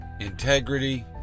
integrity